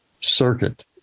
circuit